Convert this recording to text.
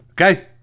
Okay